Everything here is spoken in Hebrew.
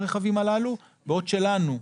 בעוד שלנו,